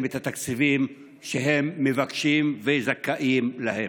את התקציבים שהם מבקשים וזכאים להם.